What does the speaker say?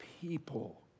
people